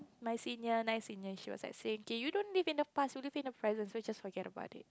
my senior nice senior she was like saying you don't live in the past you live in the present so just forget about it